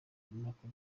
n’uko